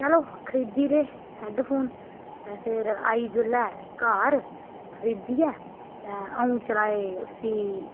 चलो खरीदी ले हैडफोन ते फेर आई जोल्लै घर खरिदयै ते आ'ऊं चलाए उसी